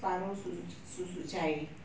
separuh susu cair